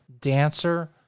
dancer